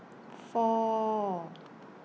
four